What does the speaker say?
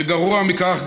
וגרוע מכך,